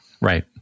Right